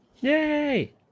Yay